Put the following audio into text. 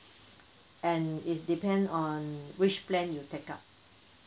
and is depend on which plan you take up